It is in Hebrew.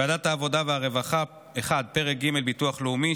ועדת העבודה והרווחה: 1. פרק ג' ביטוח לאומי,